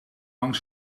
lang